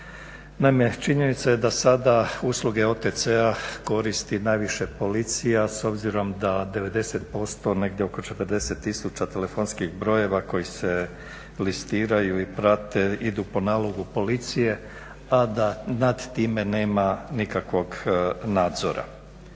Naime, činjenica je da sada usluge OTC-a koristi najviše policija s obzirom da 90%, negdje oko 40 tisuća telefonskih brojeva koji se listiraju i prate idu po nalogu policije a da nad time nema nikakvog nadzora.